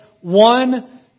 one